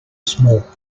small